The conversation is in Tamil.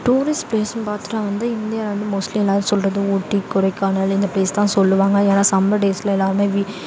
டூரிஸ்ட்டு பிளேஸ்னு பார்த்தோனா வந்து இந்தியாவில் மோஸ்ட்லி எல்லாரும் சொல்கிறது ஊட்டி கொடைக்கானல் இந்த பிளேஸ் தான் சொல்லுவாங்க ஏன்னா சம்மர் டேஸில் எல்லாருமே வீ